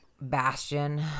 bastion